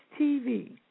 TV